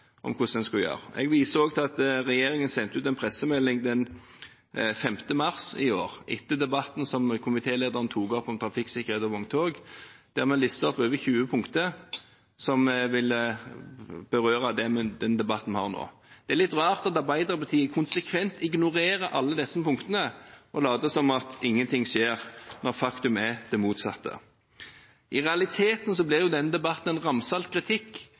skulle gjøre. Jeg viser også til at regjeringen sendte ut en pressemelding den 5. mars i år, etter debatten som komitélederen tok opp, om trafikksikkerhet og vogntog, der vi listet opp over 20 punkter som ville berøre den debatten vi har nå. Det er litt rart at Arbeiderpartiet konsekvent ignorerer alle disse punktene og later som om ingenting skjer, når faktum er det motsatte. I realiteten blir jo denne debatten en ramsalt kritikk